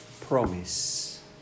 promise